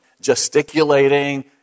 gesticulating